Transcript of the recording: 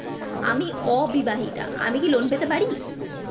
আমি অবিবাহিতা আমি কি লোন পেতে পারি?